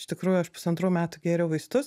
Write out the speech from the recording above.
iš tikrųjų aš pusantrų metų gėriau vaistus